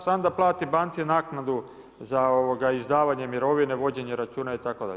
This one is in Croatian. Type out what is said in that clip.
Samo da plati banci naknadu za izdavanju mirovine, vođenje računa itd.